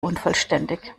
unvollständig